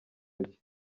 ntoki